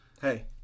Hey